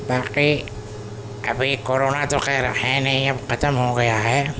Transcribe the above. باقی ابھی کورونا تو خیر ہے نہیں اب ختم ہو گیا ہے